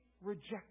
rejected